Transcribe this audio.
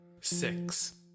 six